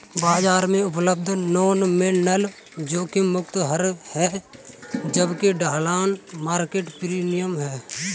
बाजार में उपलब्ध नॉमिनल जोखिम मुक्त दर है जबकि ढलान मार्केट प्रीमियम है